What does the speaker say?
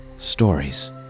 Stories